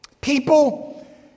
People